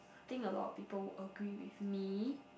think a lot of people would agree with me